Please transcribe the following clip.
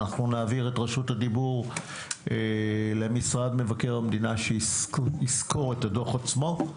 אנחנו נעביר את רשות הדיבור למשרד מבקר המדינה כדי שיסקור את הדוח עצמו,